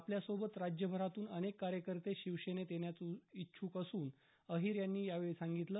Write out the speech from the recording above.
आपल्यासोबत राज्यभरातून अनेक कार्यकर्ते शिवसेनेत येण्यास इच्छ्क असल्याचं अहीर यांनी यावेळी सांगितलं